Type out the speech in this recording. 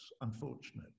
unfortunately